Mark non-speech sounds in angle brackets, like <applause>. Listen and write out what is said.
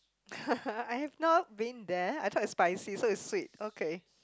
<laughs> I have not been there I though it's spicy so it's sweet okay